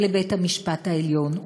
לבית-המשפט העליון.